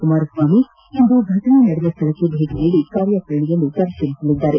ಕುಮಾರಸ್ವಾಮಿ ಇಂದು ಫಫಟನಾ ಸ್ವಳಕ್ಕೆ ಭೇಟಿ ನೀಡಿ ಕಾರ್ಯಾಚರಣೆಯನ್ನು ಪರಿಶೀಲಿಸಲಿದ್ದಾರೆ